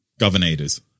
governators